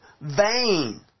vain